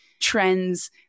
trends